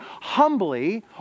humbly